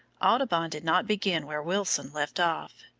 audubon did not begin where wilson left off.